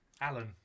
Alan